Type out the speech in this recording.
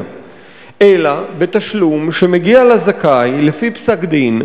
אלא בתשלום שמגיע לזכאי לפי פסק-דין,